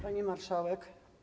Pani Marszałek!